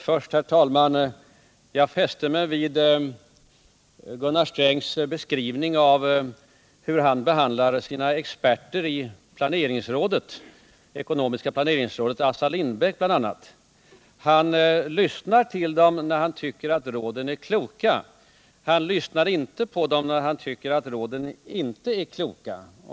Herr talman! Jag fäste mig vid Gunnar Strängs beskrivning av hur han behandlar sina experter i ekonomiska planeringsrådet, bl.a. Assar Lindbeck. Han lyssnar till dem när han tycker att råden är kloka. Han lyssnar inte på dem när han tycker att råden inte är kloka.